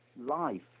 life